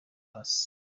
pax